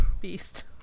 Beast